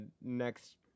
next